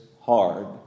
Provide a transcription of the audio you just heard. hard